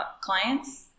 clients